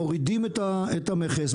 מורידים את המכס,